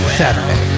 saturday